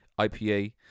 IPA